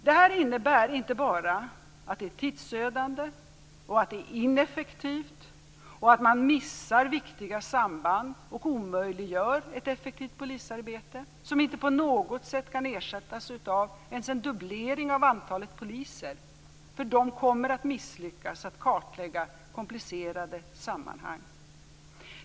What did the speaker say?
Det innebär inte bara att det är tidsödande, att det är ineffektivt och att man missar viktiga samband och omöjliggör ett effektivt polisarbete, som inte på något sätt kan ersättas av ens en dubblering av antalet poliser, för de kommer att misslyckas med att kartlägga komplicerade sammanhang.